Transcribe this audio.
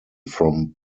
from